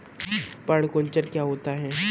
पर्ण कुंचन क्या होता है?